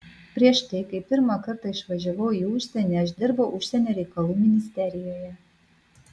prieš tai kai pirmą kartą išvažiavau į užsienį aš dirbau užsienio reikalų ministerijoje